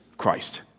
Christ